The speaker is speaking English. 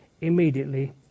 immediately